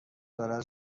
دارد